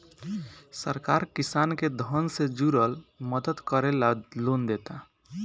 सरकार किसान के धन से जुरल मदद करे ला लोन देता